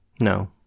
No